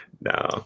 No